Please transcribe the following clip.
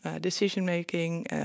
decision-making